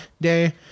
day